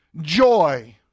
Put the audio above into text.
joy